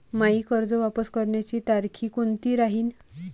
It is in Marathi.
मायी कर्ज वापस करण्याची तारखी कोनती राहीन?